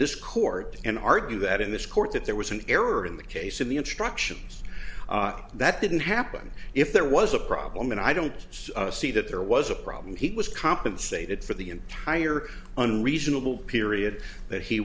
this court and argue that in this court that there was an error in the case in the instructions that didn't happen if there was a problem and i don't see that there was a problem he was compensated for the entire an reasonable